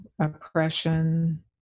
oppression